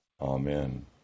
Amen